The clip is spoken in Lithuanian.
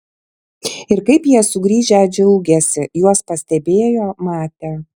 ir kaip jie sugrįžę džiaugėsi juos pastebėjo matė